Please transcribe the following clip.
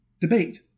debate